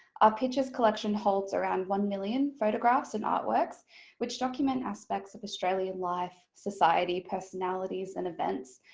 our pictures collection holds around one million photographs and artworks which document aspects of australian life, society, personalities and events.